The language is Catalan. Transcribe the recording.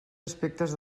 aspectes